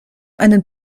einen